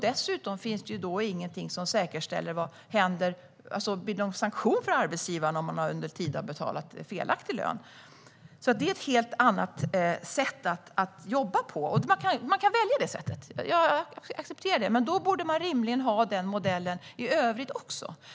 Dessutom finns det då ingenting som säkerställer att det utdöms någon sanktion mot arbetsgivaren om denna har betalat felaktig lön. Detta är ett annat sätt att jobba på. Jag accepterar att man kan välja det sättet, men då borde man rimligen använda sig av den modellen även i övrigt.